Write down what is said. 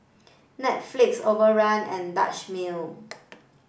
Netflix Overrun and Dutch Mill